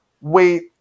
wait